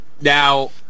Now